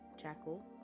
jackal